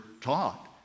taught